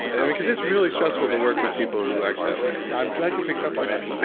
and because it's really stressful to work with people who act that way i'm glad you picked up on that.